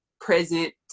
present